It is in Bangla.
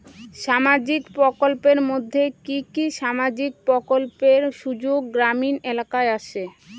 সামাজিক প্রকল্পের মধ্যে কি কি সামাজিক প্রকল্পের সুযোগ গ্রামীণ এলাকায় আসে?